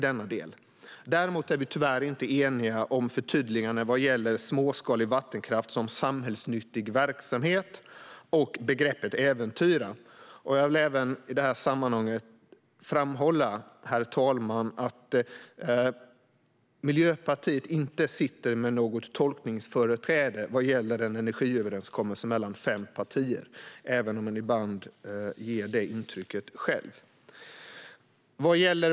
Däremot är vi tyvärr inte eniga om förtydliganden gällande småskalig vattenkraft som samhällsnyttig verksamhet samt begreppet äventyra. Jag vill, herr talman, i detta sammanhang framhålla att Miljöpartiet inte sitter med något tolkningsföreträde vad gäller en energiöverenskommelse mellan fem partier, även om man ibland själv ger det intrycket.